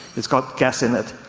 it's got gas in it,